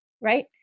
right